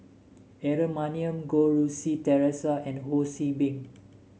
Aaron Maniam Goh Rui Si Theresa and Ho See Beng